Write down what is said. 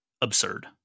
absurd